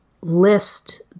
list